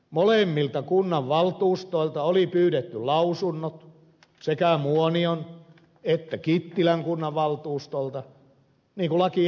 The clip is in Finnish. molemmilta kunnanvaltuustoilta oli pyydetty lausunnot sekä muonion että kittilän kunnanvaltuustolta niin kuin laki edellyttää